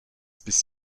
bis